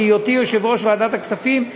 בהיותי יושב-ראש ועדת הכספים,